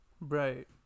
Right